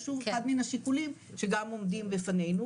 זה שוב אחד מן השיקולים שגם עומדים בפנינו.